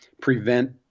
prevent